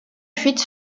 fuite